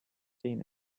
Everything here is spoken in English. seen